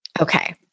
Okay